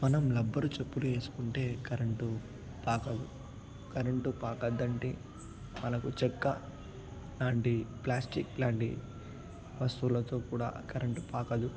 మనం రబ్బరు చెప్పులు వేసుకుంటే కరెంటు పాకదు కరెంటు పాకదంటే మనకు చొక్కా లాంటి ప్లాస్టిక్ లాంటి వస్తువులతో కూడా కరెంటు పాకదు